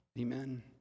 Amen